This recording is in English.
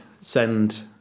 send